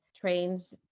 trains